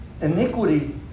Iniquity